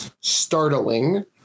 startling